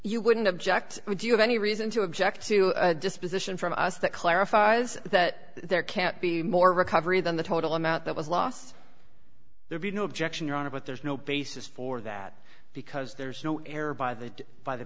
you wouldn't object would you have any reason to object to a disposition from us that clarifies that there can't be more recovery than the total amount that was lost there be no objection your honor but there's no basis for that because there's no error by the by the